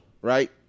right